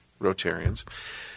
Rotarians